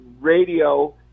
radio